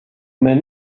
med